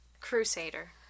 crusader